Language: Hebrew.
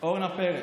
אורנה פרץ.